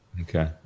Okay